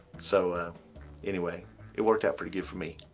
so anyway it worked out pretty good for me.